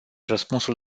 răspunsul